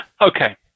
Okay